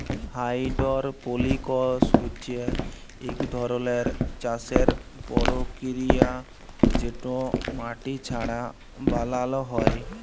hydroponics হছে ইক ধরলের চাষের পরকিরিয়া যেট মাটি ছাড়া বালালো হ্যয়